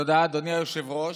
תודה, אדוני היושב-ראש.